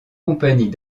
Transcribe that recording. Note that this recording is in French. compagnies